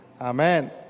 amen